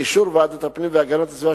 באישור ועדת הפנים והגנת הסביבה,